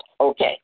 Okay